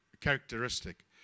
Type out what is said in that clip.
characteristic